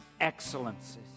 excellences